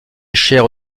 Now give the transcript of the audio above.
chaire